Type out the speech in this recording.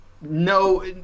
no